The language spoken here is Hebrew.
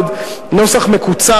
עוד נוסח מקוצר.